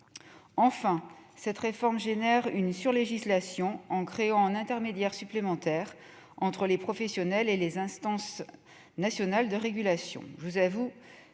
Enfin, cette réforme génère une surlégislation en créant un intermédiaire supplémentaire entre les professionnels et les instances nationales de régulation.